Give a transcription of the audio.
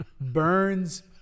burns